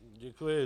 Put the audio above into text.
Děkuji.